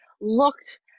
looked